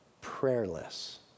prayerless